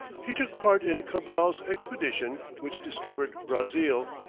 he took part in cabral's expedition which discovered brazil,